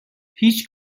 هیچ